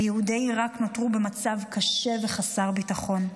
ויהודי עיראק נותרו במצב קשה וחסר ביטחון.